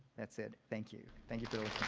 that's it, thank you, thank you for